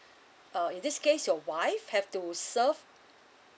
uh in this case your wife have to serve